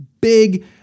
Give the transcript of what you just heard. big